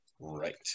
right